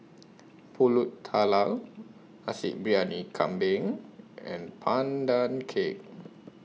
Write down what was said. Pulut Tatal Nasi Briyani Kambing and Pandan Cake